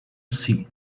sea